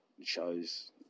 shows